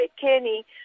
Kenny